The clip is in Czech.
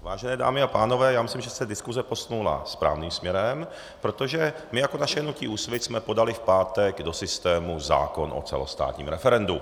Vážené dámy a pánové, myslím, že se diskuse posunula správným směrem, protože my, jako naše hnutí Úsvit, jsme podali v pátek do systému zákon o celostátním referendu.